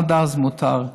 עד אז מותר.